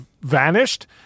vanished